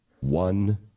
one